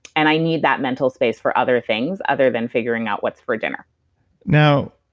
and i need that mental space for other things other than figuring out what's for dinner no,